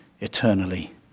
eternally